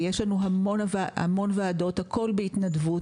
יש לנו המון ועדות, הכול בהתנדבות.